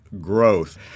growth